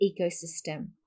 ecosystem